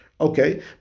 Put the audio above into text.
Okay